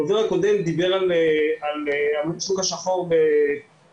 הדובר הקודם דיבר על השוק השחור בקולורדו.